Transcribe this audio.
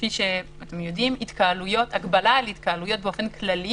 כפי שאתם יודעים, הגבלה על התקהלויות באופן כללי